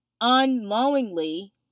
unknowingly